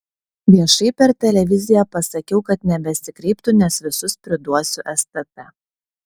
viešai per televiziją pasakiau kad nebesikreiptų nes visus priduosiu stt